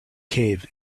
cave